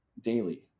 daily